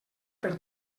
per